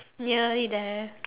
nearly there